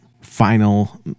final